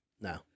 no